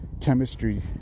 chemistry